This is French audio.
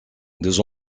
deux